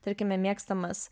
tarkime mėgstamas